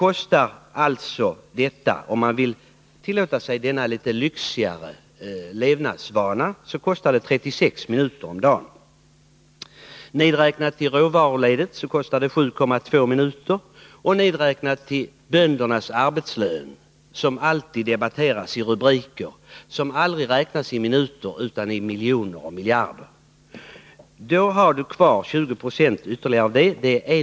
Om man alltså vill tillåta sig denna litet lyxigare levnadsvana, så kostar det 36 minuter till böndernas arbetslön, som alltid debatteras och får stora rubriker och som Torsdagen den aldrig räknas i minuter utan i miljoner och miljarder, har du kvar 20 26 av 26 mars 1981 kostnaden i råvaruledet.